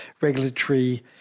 regulatory